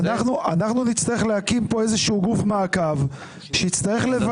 נצרך להקים פה איזשהו גוף מעקב שיצטרך לוודא.